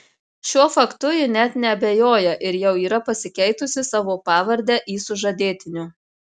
šiuo faktu ji net neabejoja ir jau yra pasikeitusi savo pavardę į sužadėtinio